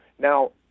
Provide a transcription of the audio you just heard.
Now